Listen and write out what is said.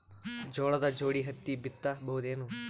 ಜೋಳದ ಜೋಡಿ ಹತ್ತಿ ಬಿತ್ತ ಬಹುದೇನು?